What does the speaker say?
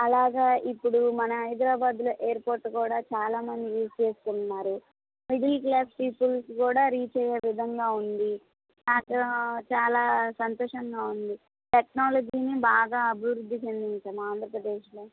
అలాగ ఇప్పుడు మన హైదరాబాద్లో ఎయిర్పోర్ట్లు కూడా చాలా మంది యూస్ చేసుకుంటున్నారు మిడిల్ క్లాస్ పీపుల్స్ కూడా రీచ్ అయ్యే విధంగా ఉంది నాకు చాలా సంతోషంగా ఉంది టెక్నాలజీని బాగా అభివృద్ది చెందింది సార్ మా ఆంధ్రప్రదేశ్లో